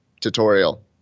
tutorial